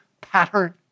pattern